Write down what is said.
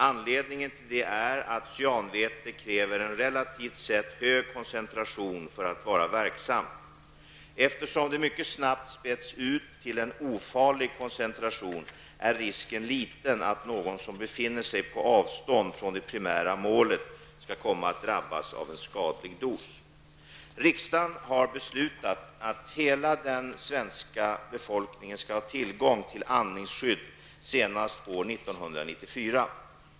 Anledningen till det är att cyanväte kräver en relativ ett hög koncentration för att vara verksamt. Eftersom det mycket snabbt späds ut till ofarlig koncentration är risken liten att någon som befinner sig på avstånd från det primära målet skall komma att drabbas av en skadlig dos. Riksdagen har beslutad att hela den svenska befolkningen skall ha tillgång till andningsskydd senast år 1994.